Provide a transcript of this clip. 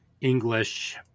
English